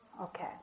Okay